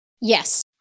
Yes